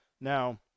Now